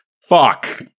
Fuck